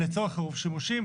לצורך עירוב שימושים,